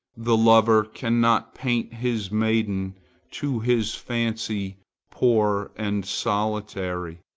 the lover cannot paint his maiden to his fancy poor and solitary.